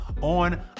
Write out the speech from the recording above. on